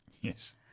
Yes